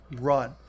run